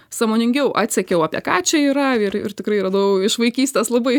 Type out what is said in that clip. sąmoningiau atsekiau apie ką čia yra ir ir tikrai radau iš vaikystės labai